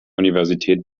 universität